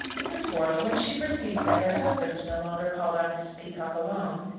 mrs. wortle, when she perceived that her husband no longer called on mrs. peacocke alone,